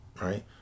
right